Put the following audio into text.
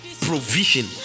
provision